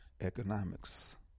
Economics